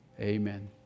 amen